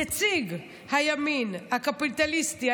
נציג הימין הקפיטליסטי,